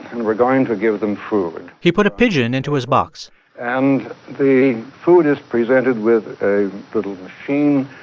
and we're going to give them food he put a pigeon into his box and the food is presented with a little machine,